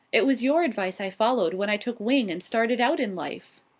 it was your advice i followed when i took wing and started out in life.